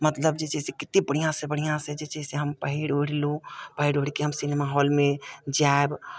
मतलब जे छै कतेक बढ़िआँसँ बढ़िआँसँ जे छै से हम पहिरि ओढ़ि लू पहिर ओढ़ि कऽ हम सिनेमा हॉलमे जायब